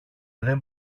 δεν